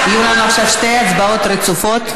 יהיו לנו עכשיו שתי הצבעות רצופות.